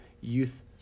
youth